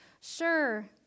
Sure